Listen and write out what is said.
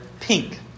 pink